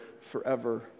forever